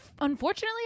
unfortunately